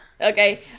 Okay